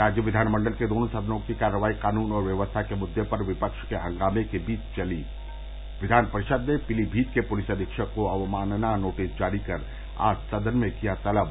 राज्य विधानमंडल के दोनों सदनों की कार्यवाही कानून और व्यवस्था के मुददे पर विपक्ष के हंगामे के बीच चली विधान परिशद ने पीलीभीत के पुलिस अधीक्षक को अवमानना नोटिस जारी कर आज सदन में किया तलब